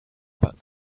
about